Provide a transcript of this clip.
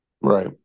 Right